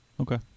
okay